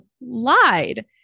lied